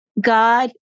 God